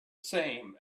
same